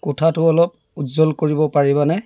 কোঠাটো অলপ উজ্জ্বল কৰিব পাৰিবানে